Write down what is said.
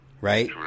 Right